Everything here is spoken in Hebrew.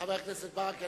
חבר הכנסת ברכה,